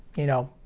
you know,